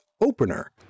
opener